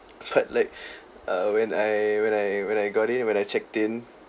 but like uh when I when I when I got in when I checked in